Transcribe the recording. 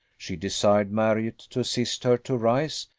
she desired marriott to assist her to rise,